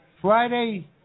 Friday